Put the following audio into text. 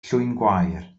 llwyngwair